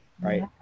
right